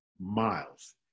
miles